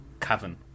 cavern